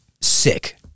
sick